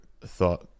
thought